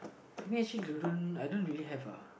for me actually I don't I don't really have uh